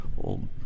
old